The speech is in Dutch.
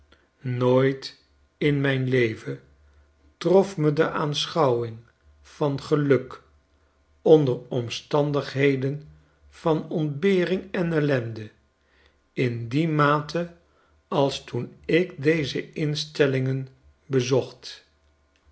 nooit in mijn leven trof me de aanschouwing van geluk onder omstandigheden van ontbering en ellende in die mate als toen ik deze iiis telllngen bezocht